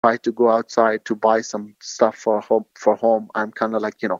אני מנסה לצאת החוצה (לנסוע) לקנות משהו לבית